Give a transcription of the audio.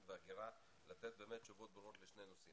וההגירה לתת באמת תשובות ברורות לשני נושאים,